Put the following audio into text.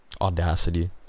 Audacity